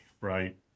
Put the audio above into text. right